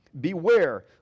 Beware